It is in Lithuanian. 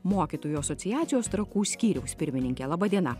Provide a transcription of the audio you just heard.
mokytojų asociacijos trakų skyriaus pirmininkė laba diena